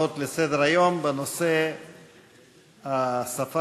הצעות לסדר-היום בנושא השפה